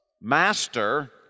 Master